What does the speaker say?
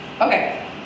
Okay